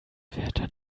wärter